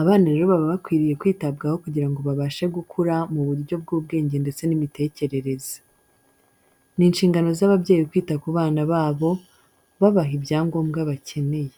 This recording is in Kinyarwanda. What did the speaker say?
Abana rero baba bakwiriye kwitabwaho kugira ngo babashe gukura mu buryo bw'ubwenge ndetse n'imitekerereze. Ni inshingano z'ababyeyi kwita ku bana babo, babaha ibyangombwa bakeneye.